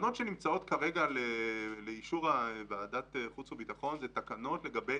התקנות שנמצאות כרגע לאישור ועדת חוץ וביטחון הן תקנות לגבי